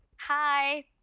Hi